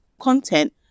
content